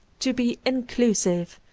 to be inclusive.